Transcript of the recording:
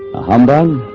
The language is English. a humbug